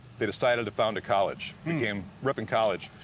they decided to found a college, became ripon college.